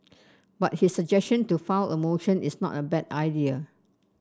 but his suggestion to file a motion is not a bad idea